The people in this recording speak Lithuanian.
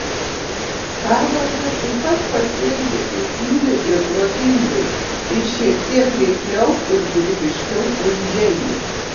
harvardas taip pat pasielgė teisingai ir protingai ir šiek tiek reikliau ir kūrybiškiau už jeilį